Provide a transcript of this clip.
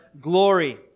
glory